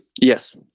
Yes